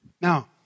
Now